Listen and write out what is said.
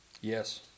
Yes